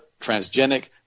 Transgenic